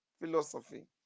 philosophy